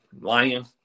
Lying